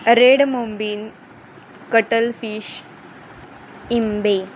red मुंबिन cuttlefish इंबे